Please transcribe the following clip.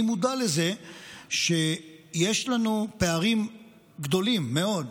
אני מודע לזה שיש לנו פערים גדולים מאוד,